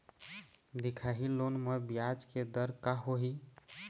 दिखाही लोन म ब्याज के दर का होही?